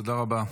תודה רבה.